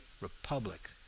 republic